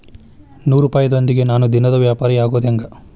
ನೂರುಪಾಯದೊಂದಿಗೆ ನಾನು ದಿನದ ವ್ಯಾಪಾರಿಯಾಗೊದ ಹೆಂಗ?